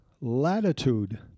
latitude